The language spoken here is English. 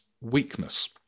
weakness